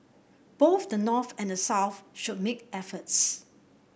both the North and the South should make efforts